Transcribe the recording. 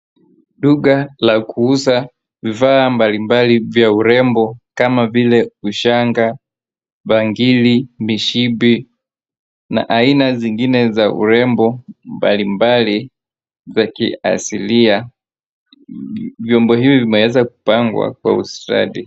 Duka la kuuza vifaa mbalimbali vya urembo kama vile ushanga, bangili, mishipi na aina zingine za urembo mbalimbali za kiasilia. Vyombo hivi vimeweza kupangwa kwa ustadi.